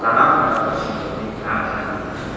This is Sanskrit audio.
कलां प्रदर्शयन्ति प्राधान्येन